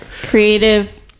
creative